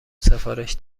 سفارش